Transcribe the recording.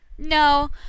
No